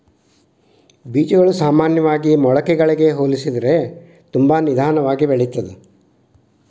ಬೇಜಗಳು ಸಾಮಾನ್ಯವಾಗಿ ಮೊಳಕೆಗಳಿಗೆ ಹೋಲಿಸಿದರೆ ತುಂಬಾ ನಿಧಾನವಾಗಿ ಬೆಳಿತ್ತದ